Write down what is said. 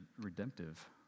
redemptive